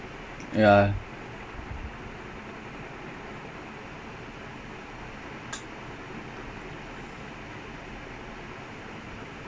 oh when he was lone striker he wasn't that good like he always was with ebra then for like the entire ebra stage he was doing well with a partner